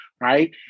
right